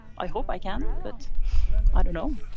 i hope i can do it, but i don't know